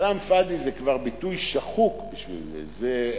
כלאם פאד'י זה כבר ביטוי שחוק בשביל זה.